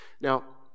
Now